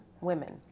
women